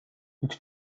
üks